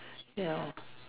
ya